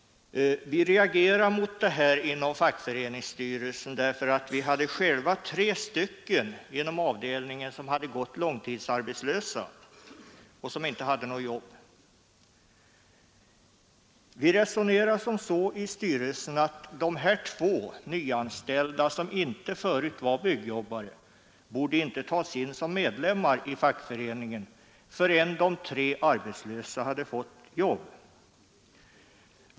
Vi reagerade mot detta inom fackföreningsstyrelsen, därför att vi själva inom avdelningen hade tre långtidsarbetslösa byggnadsarbetare, som inte hade något jobb. I styrelsen resonerade vi så: De här två nyaanställda, som inte förut varit byggjobbare, borde inte tas in som medlemmar i fackföreningen förrän de tre arbetslösa medlemmarna fått arbete.